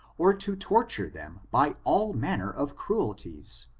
or to torture them by all manner of cruelties.